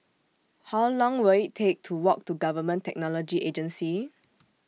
How Long Will IT Take to Walk to Government Technology Agency